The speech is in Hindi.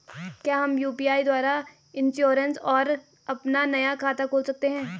क्या हम यु.पी.आई द्वारा इन्श्योरेंस और अपना नया खाता खोल सकते हैं?